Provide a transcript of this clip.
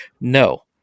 No